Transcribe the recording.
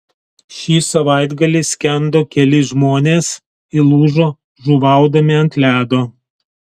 šį savaitgalį skendo keli žmonės įlūžo žuvaudami ant ledo